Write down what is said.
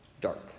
dark